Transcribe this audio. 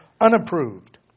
unapproved